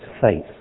faith